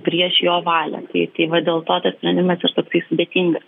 prieš jo valią tai tai va dėl to tas sprendimas ir toksai sudėtingas